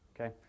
Okay